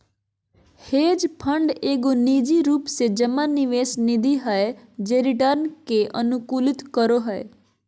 hedge fund एगो निजी रूप से जमा निवेश निधि हय जे रिटर्न के अनुकूलित करो हय